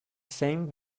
same